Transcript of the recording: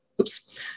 Oops